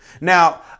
Now